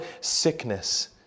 sickness